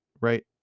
right